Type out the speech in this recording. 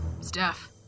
Steph